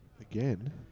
Again